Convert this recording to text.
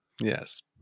Yes